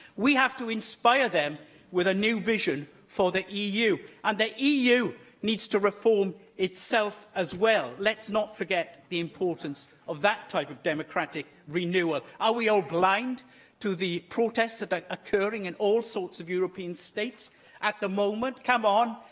we have to inspire them with a new vision for the eu, and the eu needs to reform itself as well. let's not forget the importance of that type of democratic renewal. are we all blind to the protests that are occurring in all sorts of european states at the moment? come on.